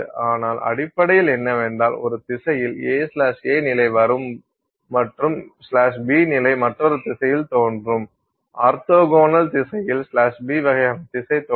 ஆனால் அடிப்படையில் என்னவென்றால் ஒரு திசையில் a a நிலை வரும் மற்றும் பி நிலை மற்றொரு திசையில் தோன்றும் ஆர்த்தோகனல் திசையில் b வகையான திசை தோன்றும்